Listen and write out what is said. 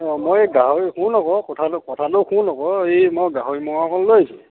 অঁ মই এই গাহৰি শুন আকৌ কথাটো কথাটো শুন আকৌ এই মই গাহৰি মাংস অকণ লৈ আহিছোঁ